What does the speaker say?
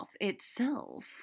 itself